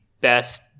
best